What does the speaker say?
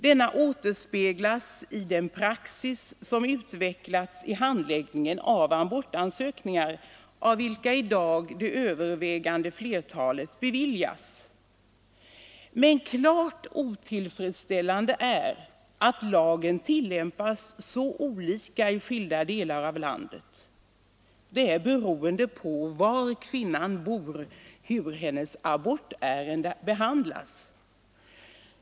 Denna återspeglas i den praxis som utvecklats i handläggningen av abortansökningar, av vilka i dag det övervägande flertalet beviljas. Men klart otillfredsställande är att lagen tillämpas så olika i skilda delar av landet. Det är beroende på var kvinnan bor, hur hennes abortärende behandlas.